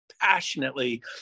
passionately